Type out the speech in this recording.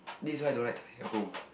this why I don't like studying at home